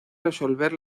resolver